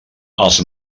els